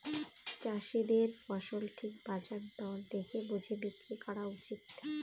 চাষীদের ফসল ঠিক বাজার দর দেখে বুঝে বিক্রি করা উচিত